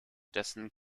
dessen